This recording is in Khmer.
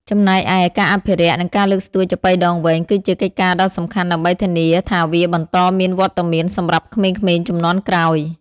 ចំណែកឯ ការអភិរក្ស និងការលើកស្ទួយចាប៉ីដងវែង គឺជាកិច្ចការដ៏សំខាន់ដើម្បីធានាថាវាបន្តមានវត្តមានសម្រាប់ក្មេងៗជំនាន់ក្រោយ។